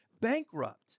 bankrupt